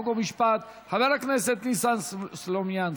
חוק ומשפט חבר הכנסת ניסן סלומינסקי.